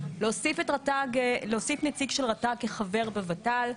להוסיף נציג של רט"ג כחבר בוות"ל.